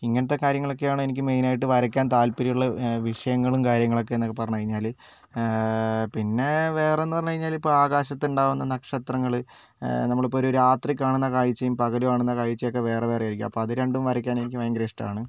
ഇങ്ങനത്തെ കാര്യങ്ങളൊക്കെയാണ് എനിക്ക് മെയിൻ ആയിട്ട് വരയ്ക്കാൻ താല്പര്യമുള്ള വിഷയങ്ങളും കാര്യങ്ങളൊക്കെ എന്നൊക്കെ പറഞ്ഞുകഴിഞ്ഞാൽ പിന്നെ വേറെന്ന് പറഞ്ഞുകഴിഞ്ഞാൽ ഇപ്പം ആകാശത്ത് ഉണ്ടാവുന്ന നക്ഷത്രങ്ങൾ നമ്മളിപ്പോൾ ഒരു രാത്രി കാണുന്ന കാഴ്ചയും പകൽ കാണുന്ന കാഴ്ചയും ഒക്കെ വേറെ വേറെ ആയിരിക്കും അപ്പോൾ അത് രണ്ടും വരയ്ക്കാൻ എനിക്ക് ഭയങ്കര ഇഷ്ടമാണ്